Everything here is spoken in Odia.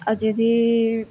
ଆଉ ଯଦି